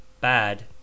bad